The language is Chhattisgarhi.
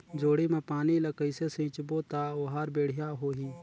जोणी मा पानी ला कइसे सिंचबो ता ओहार बेडिया होही?